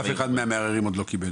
אף אחד מהמערערים עוד לא קיבל.